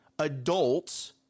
adults